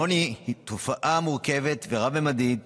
העוני הוא תופעה מורכבת ורב-ממדית,